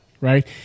right